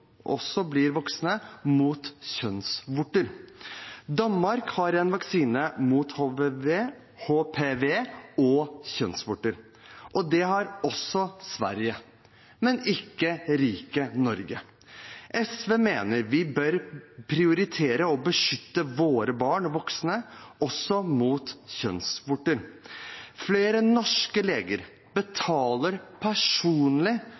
også Sverige, men ikke rike Norge. SV mener vi bør prioritere å beskytte våre barn og voksne også mot kjønnsvorter. Flere norske leger betaler personlig